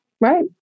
right